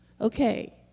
Okay